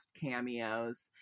cameos